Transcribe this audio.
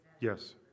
Yes